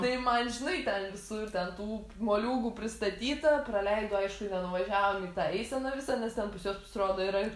tai man žinai ten visur ten tų moliūgų pristatyta praleido aišku nenuvažiavom į tą eiseną visą nes ten pas juos pasirodo yra ir